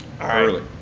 Early